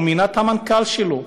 הוא מינה את המנכ"ל שלו,